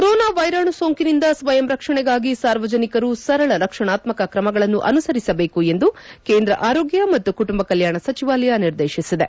corona ವೈರಾಣು ಸೋಂಕಿನಿಂದ ಸ್ವಯಂ ರಕ್ಷಣೆಗಾಗಿ ಸಾರ್ವಜನಿಕರು ಸರಳ ರಕ್ಷಣಾತ್ತಕ ಕ್ರಮಗಳನ್ನು ಅನುಸರಿಸಬೇಕು ಎಂದು ಕೇಂದ್ರ ಆರೋಗ್ಯ ಮತ್ತು ಕುಟುಂಬ ಕಲ್ಟಾಣ ಸಚಿವಾಲಯ ನಿರ್ದೇಶಿಸಿದೆ